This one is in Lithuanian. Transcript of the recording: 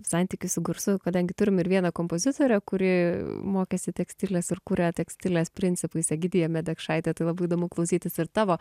santykis su garsu kadangi turim ir vieną kompozitorę kuri mokėsi tekstilės ir kuria tekstilės principais egidija medekšaitė tai labai įdomu klausytis ir tavo